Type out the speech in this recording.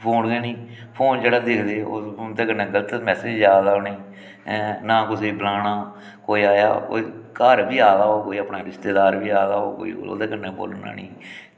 phone गै निं phone जेह्ड़ा दिखदे उं'दे कन्नै गलत मैसेज जा दा उ'नेंई ऐं नां कुसै गी बलाना कोई आया कोई घर बी आए दा होग कोई अपना रिशतेदार बी आए दा होग कोई ओह्दे कन्नै बोलना निं